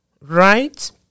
right